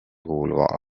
kuuluva